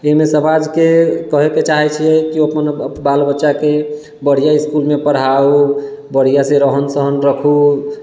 एहिमे समाजके कहैके चाहै छिए कि ओ अपन बालबच्चाके बढ़िआँ इसकुलमे पढ़ाउ बढ़िआँसँ रहन सहन राखू